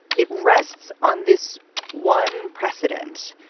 it rests on this one precedent.